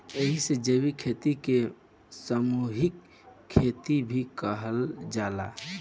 एही से जैविक खेती के सामूहिक खेती भी कहल जाला